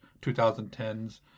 2010s